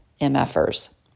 MFers